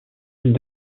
îles